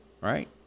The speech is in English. Right